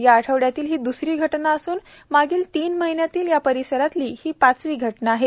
या आठवड्यातील हि द्रसरी घटना असून मागील तीन महिन्यातील या परिसरातली ही पाचवी घटना आहेत